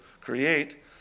create